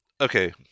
okay